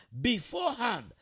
beforehand